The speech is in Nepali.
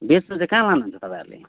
बेच्नु चाहिँ कहाँ लानुहुन्छ तपाईँहरूले